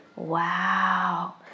wow